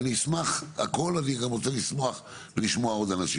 אני אשמח הכל אני גם רוצה לשמוח ולשמוע עוד אנשים,